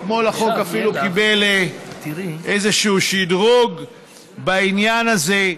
אתמול החוק אפילו קיבל איזשהו שדרוג בעניין הזה.